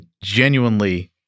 genuinely